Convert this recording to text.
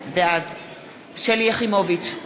בעד שלי יחימוביץ,